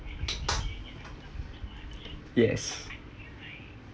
yes